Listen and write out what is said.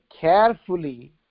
carefully